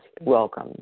welcome